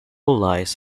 lies